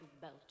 belt